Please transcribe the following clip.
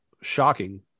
shocking